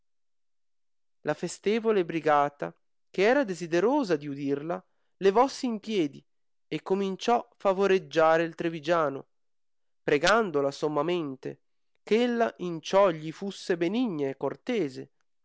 la festevole brigata che era desiderosa di udirla levossi in piedi e cominciò favoreggiare il trivigiano pregandola sommamente ch'ella in ciò gli fusse benigna e cortese